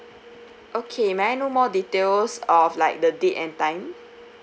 okay may I know more details of like the date and time